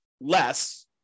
less